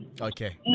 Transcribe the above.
Okay